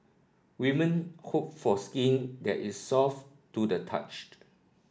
women hope for skin that is soft to the touch